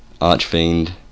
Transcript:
Archfiend